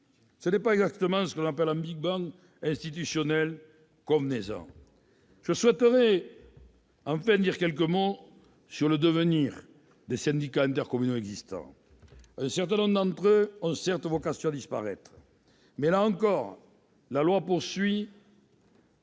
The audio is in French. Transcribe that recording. Ce n'est pas exactement ce que l'on appelle un institutionnel, convenez-en. Je souhaiterais enfin dire quelques mots sur le devenir des syndicats intercommunaux existants. Un certain nombre d'entre eux ont certes vocation à disparaître. Mais, là encore, la loi répond